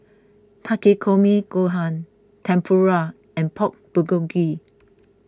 Takikomi Gohan Tempura and Pork Bulgogi